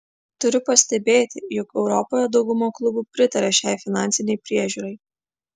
turiu pastebėti jog europoje dauguma klubų pritaria šiai finansinei priežiūrai